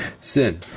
sin